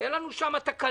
הייתה לנו שם תקלה,